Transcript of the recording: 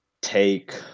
take